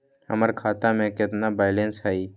हमर खाता में केतना बैलेंस हई?